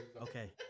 Okay